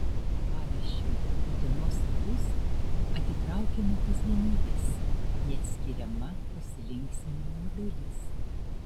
pavyzdžiui utenos alus atitraukia nuo kasdienybės neatskiriama pasilinksminimo dalis